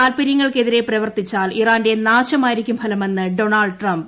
താൽപര്യങ്ങൾക്ക് എതിരെ പ്രവർത്തിച്ചാൽ ഇറാന്റെ നാശമായിരിക്കും ഫലമെന്ന് ഡോണൾഡ് ട്രംപ്